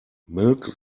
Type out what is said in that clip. milk